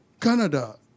Canada